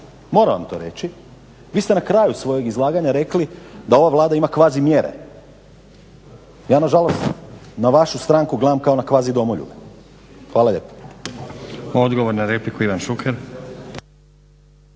moram vam to reći, vi ste na kraju svojeg izlaganja rekli da ova Vlada ima kvazi mjere. Ja nažalost na vašu stranku gledam kao na kvazi domoljube. Hvala lijepa. **Stazić, Nenad